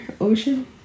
Ocean